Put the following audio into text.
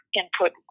input